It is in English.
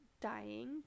dying